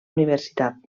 universitat